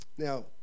Now